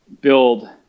build